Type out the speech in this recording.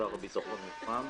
שר הביטחון מוכן.